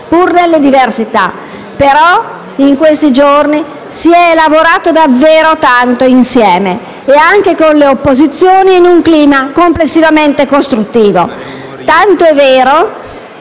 pur nelle diversità delle posizioni. Si è lavorato davvero tanto insieme, anche con le opposizioni, in un clima complessivamente costruttivo, tant'è vero